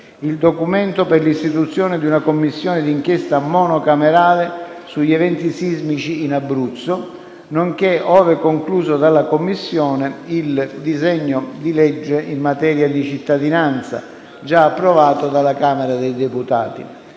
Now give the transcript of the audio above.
il documento per l'istituzione di una Commissione d'inchiesta monocamerale sugli eventi sismici in Abruzzo, nonché - ove concluso dalla Commissione - il disegno di legge in materia di cittadinanza, già approvato dalla Camera dei deputati.